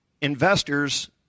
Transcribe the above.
investors